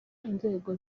inzego